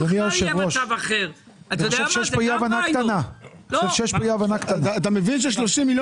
אתה מבין ש-30 מיליון